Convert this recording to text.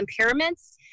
impairments